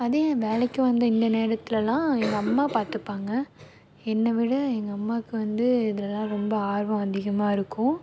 அது என் வேலைக்கும் வந்து இந்த நேரத்துலெலாம் எங்கள் அம்மா பார்த்துப்பாங்க என்னைவிட எங்கம்மாவுக்கு வந்து இதுலெலாம் ரொம்ப ஆர்வம் அதிகமாயிருக்கும்